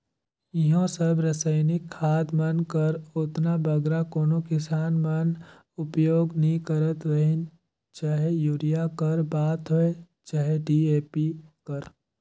इहों सब रसइनिक खाद मन कर ओतना बगरा कोनो किसान मन उपियोग नी करत रहिन चहे यूरिया कर बात होए चहे डी.ए.पी कर